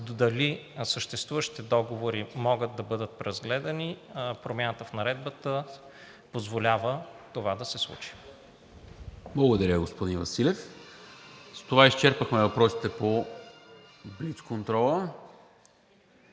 дали съществуващите договори могат да бъдат разгледани, промяната в наредбата позволява това да се случи. ПРЕДСЕДАТЕЛ НИКОЛА МИНЧЕВ: Благодаря, господин Василев. С това изчерпахме въпросите от блицконтрола.